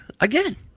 Again